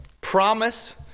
promise